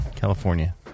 California